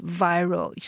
viral